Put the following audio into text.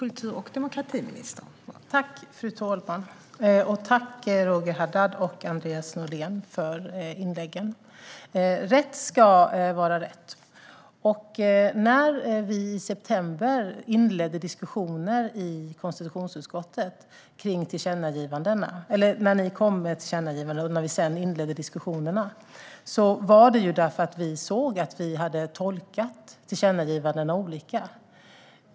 Fru talman! Tack Roger Haddad och Andreas Norlén för inläggen! Rätt ska vara rätt. När vi inledde diskussionerna om tillkännagivandet i konstitutionsutskottet var det därför att vi hade tolkat det olika.